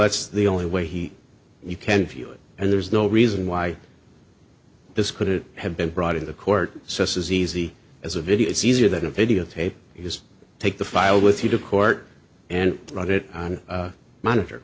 that's the only way he you can view it and there's no reason why this could it have been brought in the court says is easy as a video is easier than a video tape you just take the file with you to court and write it on a monitor